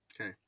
Okay